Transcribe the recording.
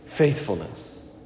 Faithfulness